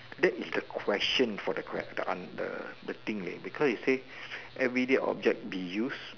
that is the question for the ques~ the an~ the the thing leh because it say everyday object be use